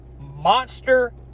Monster